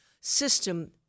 system